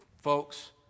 folks